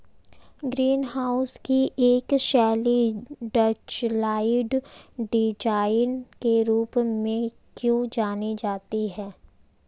Green house की एक शैली डचलाइट डिजाइन के रूप में क्यों जानी जाती है?